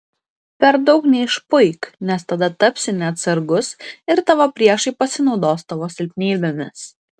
per daug neišpuik nes tada tapsi neatsargus ir tavo priešai pasinaudos tavo silpnybėmis